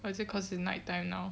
oh is it cause it's night time now